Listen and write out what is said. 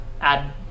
add